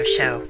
Show